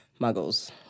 muggles